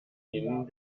ihnen